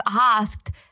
asked